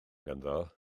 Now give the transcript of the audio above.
ganddo